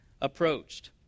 approached